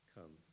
Come